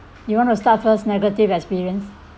you want to start first negative experience